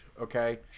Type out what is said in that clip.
okay